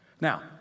Now